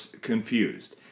confused